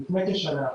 לפני כשנה.